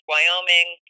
Wyoming